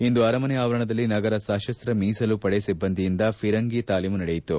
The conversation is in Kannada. ಇಂದು ಅರಮನೆ ಆವರಣದಲ್ಲಿ ನಗರ ಸತಸ್ತ ಮೀಸಲು ಪಡೆ ಸಿಬ್ಬಂದಿಯಿಂದ ಫಿರಂಗಿ ತಾಲೀಮು ನಡೆಯಿತು